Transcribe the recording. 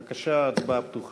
בבקשה, ההצבעה פתוחה.